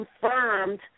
confirmed